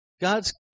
God's